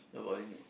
your body needs